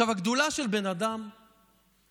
הגדולה של בן אדם היא